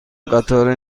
قطار